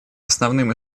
основным